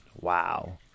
Wow